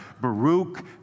Baruch